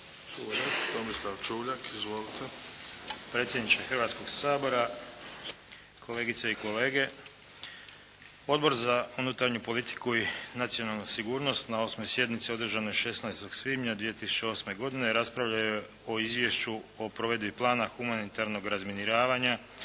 Tomislav (HDZ)** Predsjedniče hrvatskoga sabora, kolegice i kolege. Odbor za unutarnju politiku i nacionalnu sigurnost na 8. sjednici održanoj 16. svibnja 2008. godine raspravljao je o Izvješću o provedbi plana humanitarnog razminiravanja